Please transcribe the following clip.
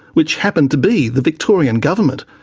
which happened to be the victorian government,